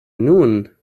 nun